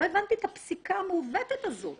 לא הבנתי את הפסיקה המעוותת הזאת.